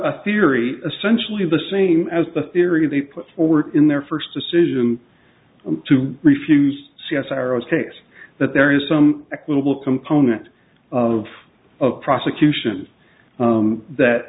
a theory essentially the same as the theory they put forward in their first decision to refuse c s r s case that there is some equitable component of a prosecution that